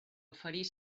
oferir